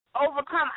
overcome